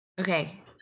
Okay